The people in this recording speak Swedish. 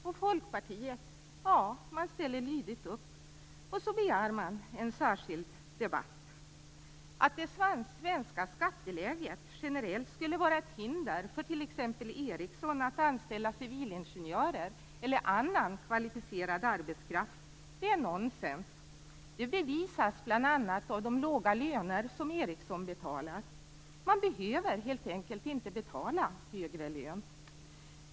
Och Folkpartiet ställer lydigt upp och begär en särskild debatt. Att det svenska skatteläget generellt skulle vara ett hinder för t.ex. Ericsson att anställa civilingenjörer eller annan kvalificerad arbetskraft är nonsens. Det bevisas bl.a. av de låga löner som Ericsson betalar. Man behöver helt enkelt inte betala högre lön.